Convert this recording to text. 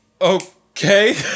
Okay